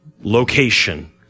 location